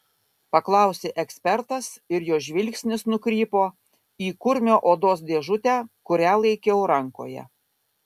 paklausė ekspertas ir jo žvilgsnis nukrypo į kurmio odos dėžutę kurią laikiau rankoje